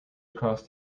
across